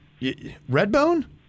Redbone